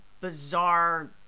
bizarre